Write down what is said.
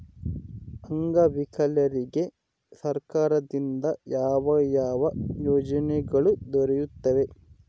ಅಂಗವಿಕಲರಿಗೆ ಸರ್ಕಾರದಿಂದ ಯಾವ ಯಾವ ಯೋಜನೆಗಳು ದೊರೆಯುತ್ತವೆ?